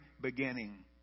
beginning